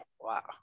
wow